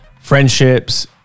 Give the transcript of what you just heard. friendships